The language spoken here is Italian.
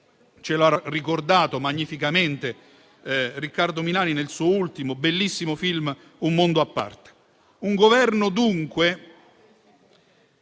come ha ricordato magnificamente Riccardo Milani nel suo ultimo bellissimo film "Un mondo a parte".